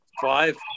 five